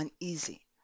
uneasy